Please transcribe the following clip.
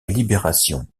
libération